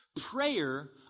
Prayer